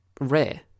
rare